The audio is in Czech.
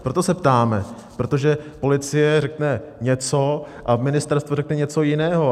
Proto se ptáme, protože policie řekne něco a ministerstvo řekne něco jiného.